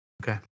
Okay